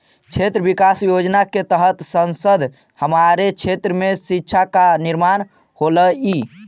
क्षेत्र विकास योजना के तहत संसद हमारे क्षेत्र में शिक्षा का निर्माण होलई